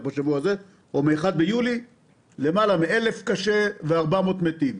ומ-1 ביולי הם מנעו 1,000 חולים קשה ו-400 מתים.